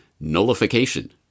nullification